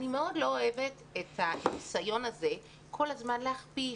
אני מאוד לא אוהבת את הניסיון הזה כל הזמן להכפיש,